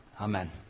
Amen